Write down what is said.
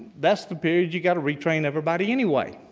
that's the period you've got to retrain everybody anyway.